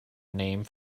name